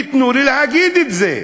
תנו לי להגיד את זה.